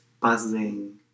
buzzing